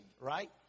right